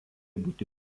būti